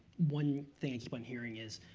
one thing i keep on hearing is,